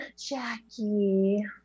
Jackie